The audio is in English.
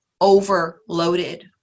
overloaded